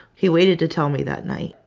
he waited to tell me that night.